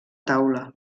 taula